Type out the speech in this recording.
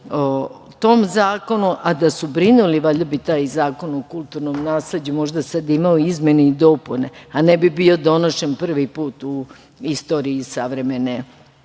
o tom zakonu. A da su brinuli, valjda bi taj zakon o kulturnom nasleđu možda sada imao izmene i dopune a ne bi bio donošen prvi put u istoriji savremene